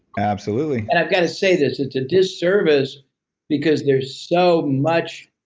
absolutely. and i've gotta say this. it's a disservice because there's so much